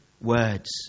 words